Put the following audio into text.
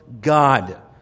God